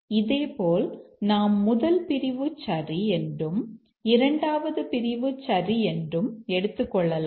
இதேபோல் நாம் முதல் பிரிவு சரி என்றும் இரண்டாவது பிரிவு சரி என்றும் எடுத்துக்கொள்ளலாம்